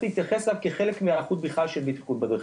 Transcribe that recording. להתייחס אליי כחלק מההערכות בכלל של בטיחות בדרכים.